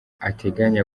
ateganya